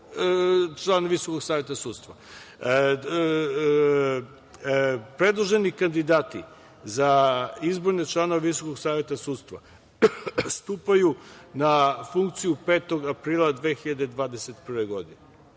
član Visokog saveta sudstva. Predloženi kandidati za izborne članove Visokog saveta sudstva stupaju na funkciju 5. aprila 2021. godine.